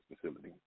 facility